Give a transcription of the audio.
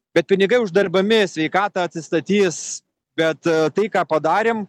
bet pinigai uždirbami sveikata atsistatys bet tai ką padarėm